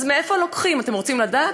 אז מאיפה לוקחים, אתם רוצים לדעת?